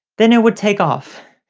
then it would take off.